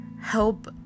help